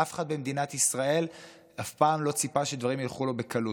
אף אחד במדינת ישראל אף פעם לא ציפה שדברים ילכו לו בקלות.